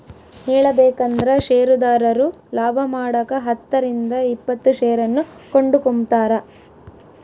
ಹೇಳಬೇಕಂದ್ರ ಷೇರುದಾರರು ಲಾಭಮಾಡಕ ಹತ್ತರಿಂದ ಇಪ್ಪತ್ತು ಷೇರನ್ನು ಕೊಂಡುಕೊಂಬ್ತಾರ